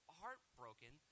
heartbroken